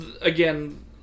Again